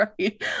right